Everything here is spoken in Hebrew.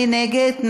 מי נגד?